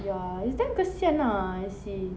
ya it's damn kesian ah I see